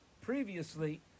previously